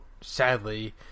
sadly